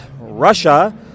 Russia